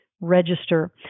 register